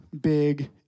big